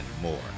more